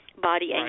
body